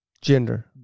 gender